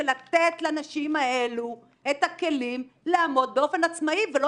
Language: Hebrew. של לתת לנשים האלו את הכלים לעמוד באופן עצמאי ולא